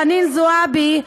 חנין זועבי,